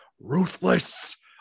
ruthless